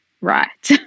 right